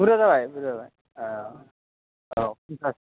बुरजा जाबाय बुरजा जाबाय औ